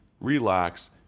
relax